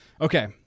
Okay